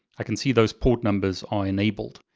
i can see those port numbers are enabled.